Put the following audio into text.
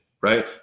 right